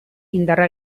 indarra